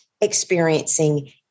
experiencing